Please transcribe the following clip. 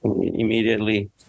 immediately